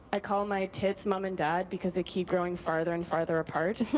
i call my tits mom and dad because they keep growing further and further apart.